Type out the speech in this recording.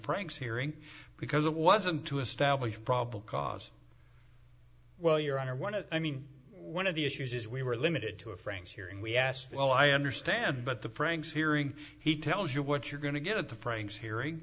pranks hearing because it wasn't to establish probable cause well your honor one of i mean one of the issues is we were limited to a franks hearing we asked well i understand but the franks hearing he tells you what you're going to get at the franks hearing